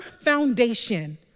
foundation